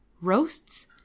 roasts